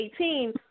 2018